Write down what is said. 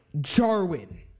Jarwin